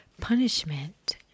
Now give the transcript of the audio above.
Punishment